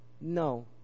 No